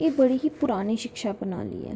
एह् बड़ी गै परानी शिक्षा प्रणाली ऐ